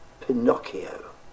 Pinocchio